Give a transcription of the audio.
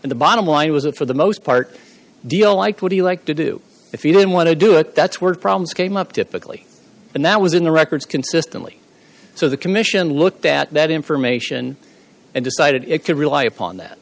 in the bottom line was that for the most part deal like what do you like to do if you don't want to do it that's word problems came up typically and that was in the records consistently so the commission looked at that information and decided it could rely upon that